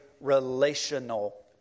relational